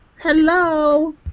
Hello